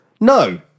No